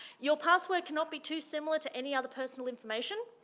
your password cannot be too similar to any other personal information.